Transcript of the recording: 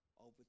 over